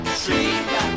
street